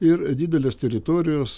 ir didelės teritorijos